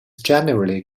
generally